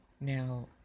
Now